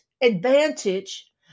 advantage